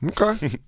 Okay